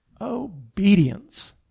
Obedience